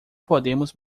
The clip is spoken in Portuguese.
podemos